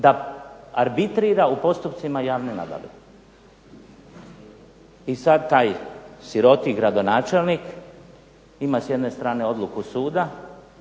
da arbitrira u postupcima javne nabave. I sad taj siroti gradonačelnik ima s jedne strane odluku suda,